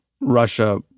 Russia